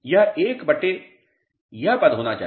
यह 1 बटे भागित यह पद होना चाहिए